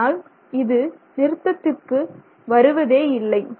ஆனால் இது நிறுத்தத்துக்கு வருவதே இல்லை